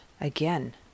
again